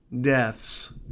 deaths